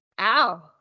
ow